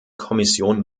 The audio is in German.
kommission